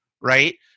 Right